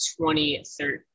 2013